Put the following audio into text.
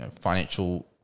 financial